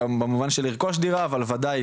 במובן של לרכוש דירה אבל וודאי